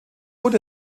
good